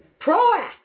proactive